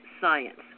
science